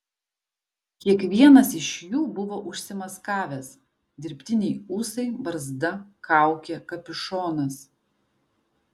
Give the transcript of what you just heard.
kiekvienas iš jų buvo užsimaskavęs dirbtiniai ūsai barzda kaukė kapišonas